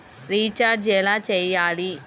Recharge ఎలా చెయ్యాలి?